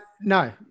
no